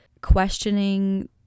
questioning